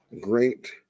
Great